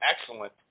excellent